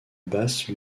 basse